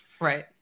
Right